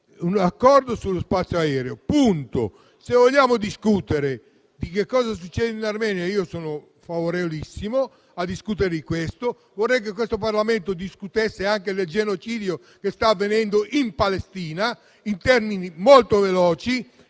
un Accordo sullo spazio aereo. Se vogliamo discutere di cosa succede in Armenia, sono favorevolissimo, ma vorrei che questo Parlamento discutesse anche del genocidio che sta avvenendo in Palestina, in termini molto veloci.